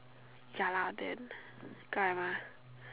ya lah then guy mah